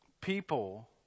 People